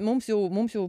mums jau mums jau